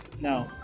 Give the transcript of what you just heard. No